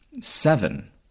seven